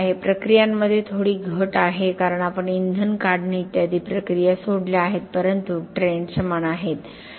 प्रक्रियांमध्ये थोडी घट आहे कारण आपण इंधन काढणे इत्यादी प्रक्रिया सोडल्या आहेत परंतु ट्रेंड समान आहेत